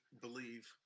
believe